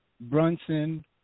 Brunson